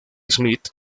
smith